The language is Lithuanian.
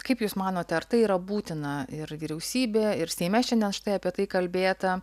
kaip jūs manote ar tai yra būtina ir vyriausybė ir seime šiandien štai apie tai kalbėta